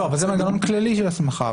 אבל זה מנגנון כללי של הסמכה.